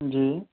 जी